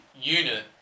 unit